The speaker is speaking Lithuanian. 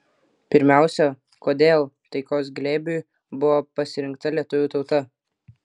pirmiausia kodėl taikos glėbiui buvo pasirinkta lietuvių tauta